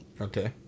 Okay